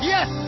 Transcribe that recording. Yes